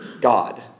God